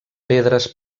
pedres